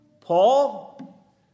Paul